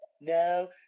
No